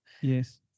Yes